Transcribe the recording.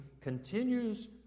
continues